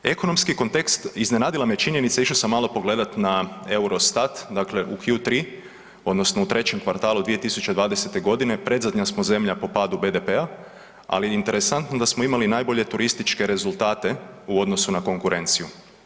Ekonomski kontekst, iznenadila me činjenica, išao sam malo pogledati na Eurostat, dakle u Q3, odnosno u 3 kvartalu 2020. g. predzadnja smo zemlja po padu BDP-a, ali interesantno, da smo imali najbolje turističke rezultate u odnosu na konkurenciju.